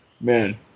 man